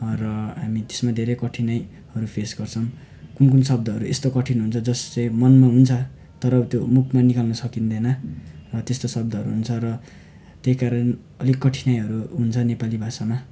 र हामी त्यसमा धेरै कठिनाईहरू फेस गर्छौँ कुन कुन शब्दहरू यस्तो कठिन हुन्छ जस चाहिँ मनमा हुन्छ तर त्यो मुखमा निकाल्नु सकिँदैन र त्यस्तो शब्दहरू हुन्छ र त्यही कारण अलिक कठिनाईहरू हुन्छ नेपाली भाषामा